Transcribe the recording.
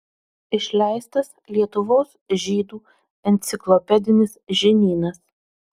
išleistas lietuvos žydų enciklopedinis žinynas